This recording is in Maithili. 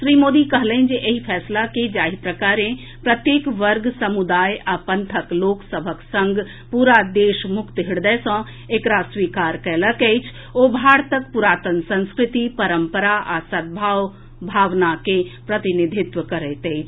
श्री मोदी कहलनि जे एहि फैसला केँ जाहि प्रकारे प्रत्येक वर्ग समुदाय आ पंथक लोक सभक संग पूरा देश मुक्त हृदय सॅ एकरा स्वीकार कयलक अछि ओ भारतक पूरातन संस्कृति परंपरा आ सद्भावक भावना के प्रतिनिधित्व करैत अछि